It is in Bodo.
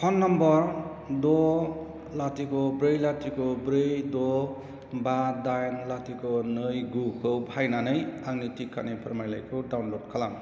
फन नम्बर द' लाथिख' ब्रै लाथिख' ब्रै द' बा दाइन लाथिख' नै गुखौ बाहायनानै आंनि टिकानि फोरमानलाइखौ डाउनलड खालाम